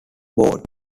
board